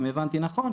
אם הבנתי נכון,